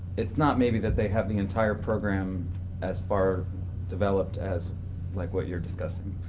it's not maybe that they have the entire program as far developed as like what you're discussing.